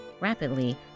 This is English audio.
Rapidly